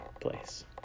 place